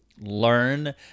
Learn